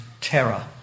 terror